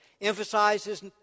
Emphasizes